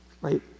Right